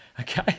Okay